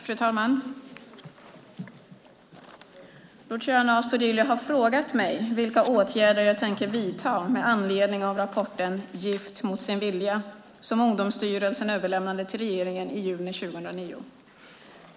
Fru talman! Luciano Astudillo har frågat mig vilka åtgärder jag tänker vidta med anledning av rapporten Gift mot sin vilja , som Ungdomsstyrelsen överlämnade till regeringen i juni 2009.